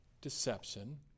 deception